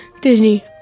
Disney